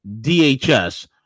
DHS